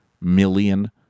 million